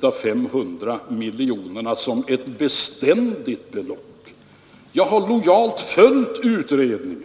de 500 miljonerna som ett beständigt belopp. Jag har lojalt följt utredningen.